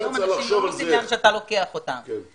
היום אנשים לא נוסעים לאן שאתה לוקח אותם.